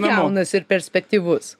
jaunas ir perspektyvus